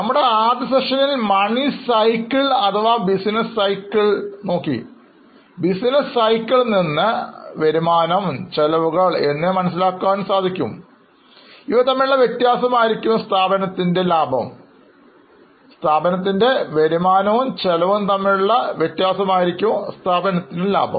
നമ്മളുടെ ആദ്യ സെഷനിൽ മണി സൈക്കിൾ അഥവാ ബിസിനസ് സൈക്കിൾ നോക്കി ബിസിനസ് സൈക്കിളിൽ നിന്ന് എന്തെല്ലാമാണ് വരുമാനം എന്തെല്ലാമാണ് ചെലവുകൾഎന്നിവ മനസ്സിലാക്കാൻ സാധിക്കും ഇവ തമ്മിലുള്ള വ്യത്യാസം ആയിരിക്കും മിച്ചം അല്ലെങ്കിൽ സ്ഥാപനത്തിൻറെ ലാഭം